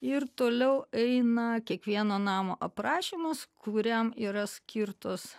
ir toliau eina kiekvieno namo aprašymas kuriam yra skirtos